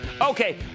okay